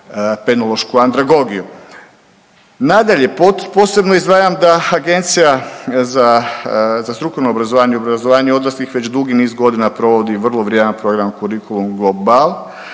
penološku androgogiju. Nadalje, posebno izdvajam da Agencija za, za strukovno obrazovanje i obrazovanje odraslih već dugi niz godina provodi vrlo vrijedan projekt Kurikulum global